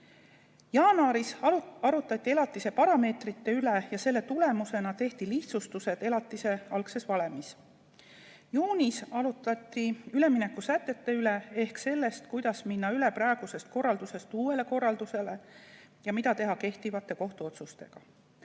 Jaanuaris arutati elatise parameetrite üle ja selle tulemusena lihtsustati elatise algset valemit. Juunis arutati üleminekusätete ehk selle üle, kuidas minna praeguselt korralduselt üle uuele korraldusele ja mida teha kehtivate kohtuotsustega.